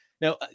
now